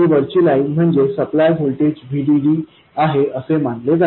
ही वरची लाईन म्हणजे supply voltage VDD आहे असे मानले जाते